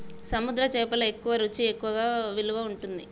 సముద్ర చేపలు ఎక్కువ రుచి ఎక్కువ విలువ ఉంటది